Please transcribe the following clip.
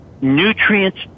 nutrients